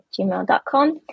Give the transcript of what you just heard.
gmail.com